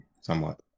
somewhat